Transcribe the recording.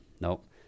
Nope